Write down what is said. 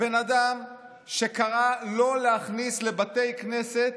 הבן אדם שקרא לא להכניס לבתי כנסת